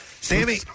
Sammy